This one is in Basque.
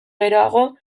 geroago